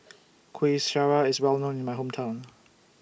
Kuih Syara IS Well known in My Hometown